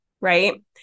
Right